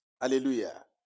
Hallelujah